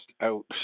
out